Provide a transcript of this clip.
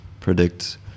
predict